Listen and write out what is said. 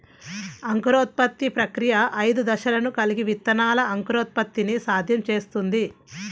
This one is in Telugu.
అంకురోత్పత్తి ప్రక్రియ ఐదు దశలను కలిగి విత్తనాల అంకురోత్పత్తిని సాధ్యం చేస్తుంది